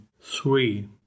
three